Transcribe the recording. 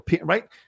right